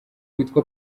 witwa